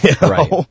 Right